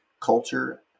culture